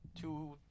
two